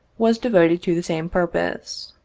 was devoted to the same purpose.